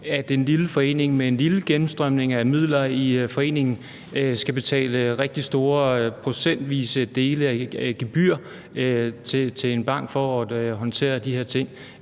at den lille forening med en lille gennemstrømning af midler i foreningen skal betale rigtig store procentvise dele af gebyrer til en bank for at håndtere de her ting.